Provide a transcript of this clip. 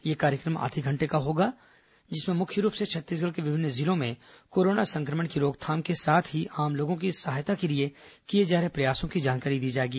यह कार्यक्रम आधे घंटे का होगा जिसमें मुख्य रूप से छत्तीसगढ़ के विभिन्न जिलों में कोरोना संक्रमण की रोकथाम के साथ ही आम लोगों की सहायता के लिए किए जा रहे प्रयासों की जानकारी दी जाएगी